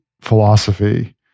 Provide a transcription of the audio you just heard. philosophy